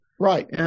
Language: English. Right